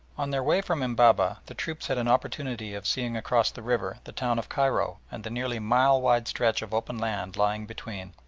on their way from embabeh the troops had an opportunity of seeing across the river the town of cairo and the nearly mile-wide stretch of open land lying between,